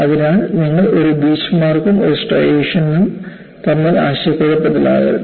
അതിനാൽ നിങ്ങൾ ഒരു ബീച്ച് മാർക്കും ഒരു സ്ട്രൈഷനും തമ്മിൽ ആശയക്കുഴപ്പത്തിലാകരുത്